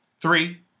Three